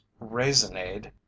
raisinade